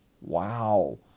Wow